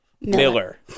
Miller